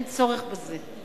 אין צורך בזה.